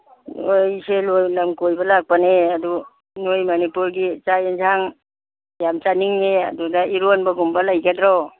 ꯑꯩꯁꯦ ꯅꯣꯏꯒꯤ ꯂꯝ ꯀꯣꯏꯕ ꯂꯥꯛꯄꯅꯤ ꯑꯗꯣ ꯅꯣꯏꯒꯤ ꯃꯅꯤꯄꯨꯔꯒꯤ ꯆꯥꯛ ꯌꯦꯟꯖꯥꯡ ꯌꯥꯝ ꯆꯥꯅꯤꯡꯉꯦ ꯑꯗꯨꯗ ꯏꯔꯣꯝꯕꯒꯨꯝꯕ ꯂꯩꯒꯗ꯭ꯔꯣ